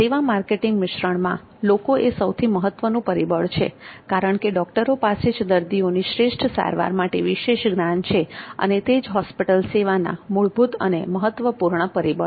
સેવા માર્કેટિંગ મિશ્રણમાં લોકો એ સૌથી મહત્વપૂર્ણ પરિબળ છે કારણ કે ડોક્ટરો પાસે જ દર્દીઓની શ્રેષ્ઠ સારવાર માટે વિશેષ જ્ઞાન છે અને તે જ હોસ્પિટલ સેવાના મૂળભૂત અને મહત્વપૂર્ણ પરિબળ છે